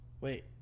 wait